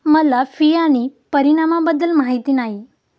मला फी आणि परिणामाबद्दल माहिती नाही